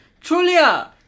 Julia